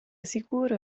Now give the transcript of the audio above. sicuro